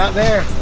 ah there.